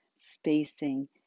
spacing